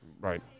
Right